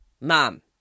mom